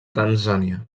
tanzània